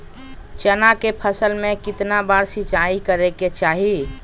चना के फसल में कितना बार सिंचाई करें के चाहि?